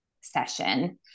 session